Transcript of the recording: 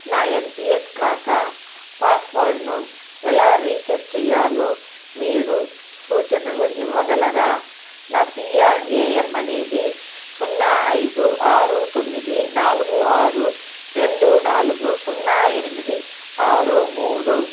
నా N P S ఖాతా పాస్వర్డ్ను ఎలా రీసెట్ చేయాలో మీరు సూచనలు ఇవ్వగలరా నా పీ ఆర్ ఏ ఎమ్ అనేది సున్నా ఐదు ఆరు తొమ్మిది నాలుగు ఆరు రెండు నాలుగు సున్నా ఎనిమిది ఆరు మూడు